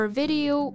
video